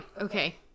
Okay